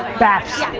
baths,